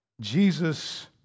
Jesus